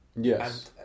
Yes